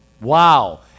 Wow